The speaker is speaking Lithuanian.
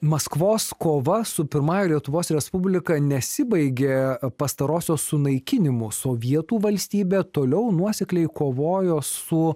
o maskvos kova su pirmąja lietuvos respublika nesibaigė pastarosios sunaikinimu sovietų valstybė toliau nuosekliai kovojo su